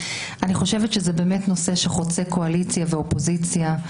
זה באמת נושא שחוצה אופוזיציה וקואליציה.